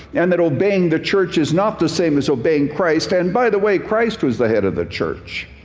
and that obeying the church is not the same as obeying christ. and, by the way, christ was the head of the church.